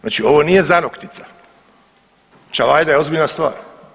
Znači ovo nije zanoktica, Čavajda je ozbiljna stvar.